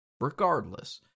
regardless